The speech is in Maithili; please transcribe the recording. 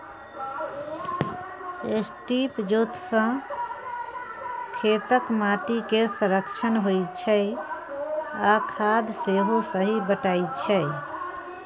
स्ट्रिप जोत सँ खेतक माटि केर संरक्षण होइ छै आ खाद सेहो सही बटाइ छै